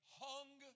hung